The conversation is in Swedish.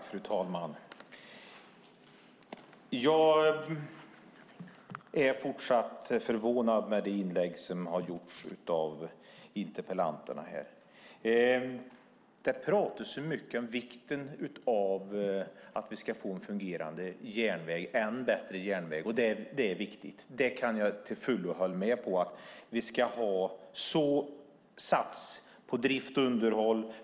Fru talman! Jag är fortsatt förvånad över de inlägg som har gjorts av interpellanterna. Det pratas mycket om vikten av att vi ska få en fungerande järnväg, en än bättre järnväg. Det är viktigt. Det kan jag till fullo hålla med om. Vi ska satsa på drift och underhåll.